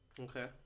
Okay